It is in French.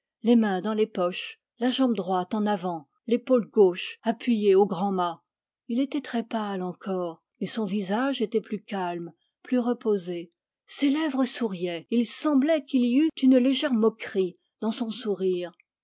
les mains dans les poches la jambe droite en avant l'épaule gauche appuyée au grand mât il était très pâle encore mais son visage était plus calme plus reposé ses lèvres souriaient et il semblait qu'il y eût une légère moquerie dans son sourire